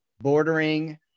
bordering